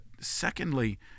secondly